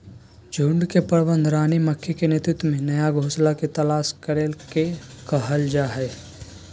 झुंड के प्रबंधन रानी मक्खी के नेतृत्व में नया घोंसला के तलाश करे के कहल जा हई